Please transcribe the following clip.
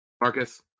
marcus